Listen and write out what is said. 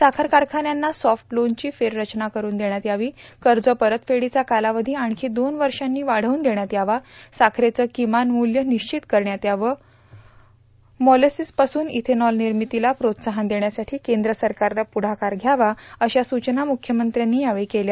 साखर कारखान्यांना सॉफ्ट लोनची फेररचना करून देण्यात यावी कर्ज परतफेडीचा कालावधी आणखी दोन वर्षांनी वाढवून देण्यात यावा साखरेचं किमान मूल्य निश्चित करण्यात यावं मोलॅसिसपासून इथेनॉलनिर्मितीला प्रोत्साहन देण्यासाठी केंद्र सरकारनं प्रदाकार घ्यावा अशा सूचना मुख्यमंत्र्यांनी यावेळी केल्या